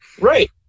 Right